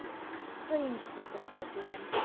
how strange it must appear to him!